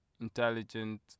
Intelligent